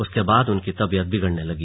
उसके बाद उनकी तबियत बिगड़ने लगी